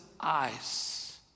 eyes